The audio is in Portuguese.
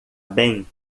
bem